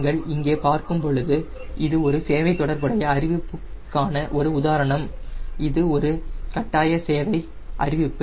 நீங்கள் இங்கே பார்க்கும் பொழுது இது ஒரு சேவை தொடர்புடைய அறிவிப்புக்கான ஒரு உதாரணம் இது ஒரு கட்டாய சேவை அறிவிப்பு